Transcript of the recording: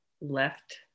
left